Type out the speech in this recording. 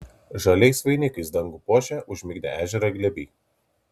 žaliais vainikais dangų puošia užmigdę ežerą glėby